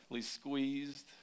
squeezed